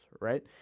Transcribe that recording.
right